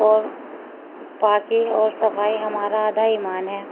اور پاکی اور صفائی ہمارا آدھا ایمان ہے